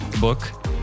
Book